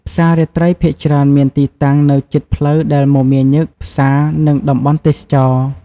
ផ្សាររាត្រីភាគច្រើនមានទីតាំងនៅជិតផ្លូវដែលមមាញឹក ផ្សារ និងតំបន់ទេសចរណ៍។